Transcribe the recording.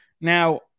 Now